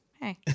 hey